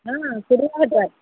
ହଁ କୋଡ଼ିଏ ହଜାର